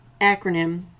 acronym